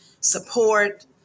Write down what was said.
support